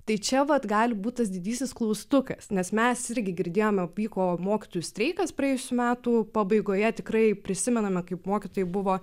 tai čia vat gali būt tas didysis klaustukas nes mes irgi girdėjome pyko mokytojų streikas praėjusių metų pabaigoje tikrai prisimename kaip mokytojai buvo